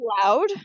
loud